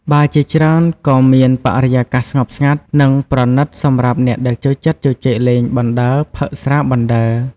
បារជាច្រើនក៏មានបរិយាកាសស្ងប់ស្ងាត់ និងប្រណិតសម្រាប់អ្នកដែលចូលចិត្តជជែកលេងបណ្ដើរ ផឹកស្រាបណ្ដើរ ។